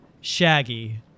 shaggy